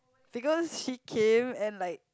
because she came and like